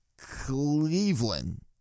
Cleveland